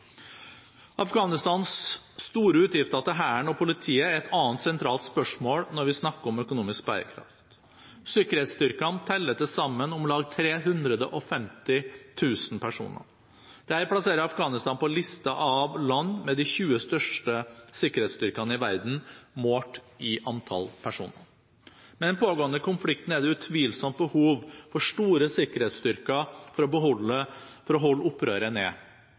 Afghanistans store utgifter til hæren og politiet er et annet sentralt spørsmål når vi snakker om økonomisk bærekraft. Sikkerhetsstyrkene teller til sammen om lag 350 000 personer. Dette plasserer Afghanistan på listen av land med de 20 største sikkerhetsstyrkene i verden målt i antall personer. Med den pågående konflikten er det utvilsomt behov for store sikkerhetsstyrker for å holde opprøret